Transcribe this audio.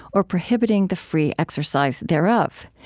or prohibiting the free exercise thereof.